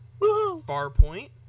Farpoint